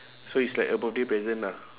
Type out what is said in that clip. so it's like a birthday present lah